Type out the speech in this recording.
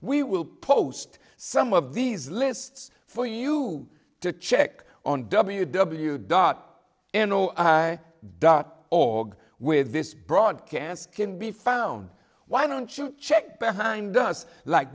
we will post some of these lists for you to check on w w dot n o i dot org with this broadcast can be found why don't you check behind us like